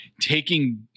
taking